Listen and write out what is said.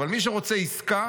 אבל מי שרוצה עסקה